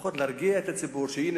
לפחות כדי להרגיע את הציבור שהנה,